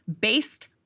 based